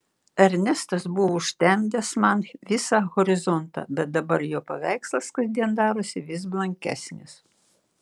ernestas buvo užtemdęs man visą horizontą bet dabar jo paveikslas kasdien darosi vis blankesnis